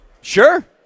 Sure